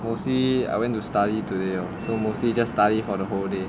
mostly I went to study today lor so mostly just study for the whole day